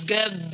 Good